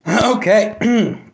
Okay